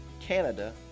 Canada